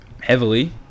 heavily